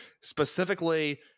specifically